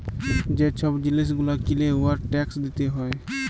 যে ছব জিলিস গুলা কিলে উয়ার ট্যাকস দিতে হ্যয়